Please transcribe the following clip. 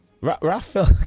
Raphael